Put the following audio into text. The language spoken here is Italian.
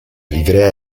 livrea